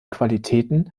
qualitäten